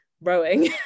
rowing